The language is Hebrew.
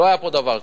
לא היה פה דבר כזה.